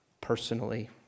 personally